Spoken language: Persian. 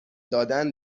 دادن